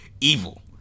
evil